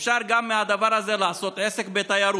אפשר מהדבר הזה גם לעשות עסק בתיירות.